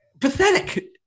Pathetic